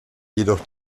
jedoch